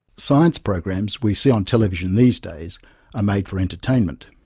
science programs we see on television these days are made for entertainment.